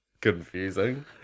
confusing